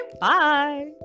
bye